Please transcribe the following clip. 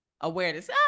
awareness